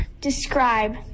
describe